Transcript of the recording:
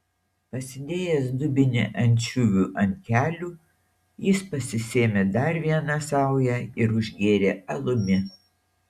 pasidėjęs dubenį ančiuvių ant kelių jis pasisėmė dar vieną saują ir užgėrė alumi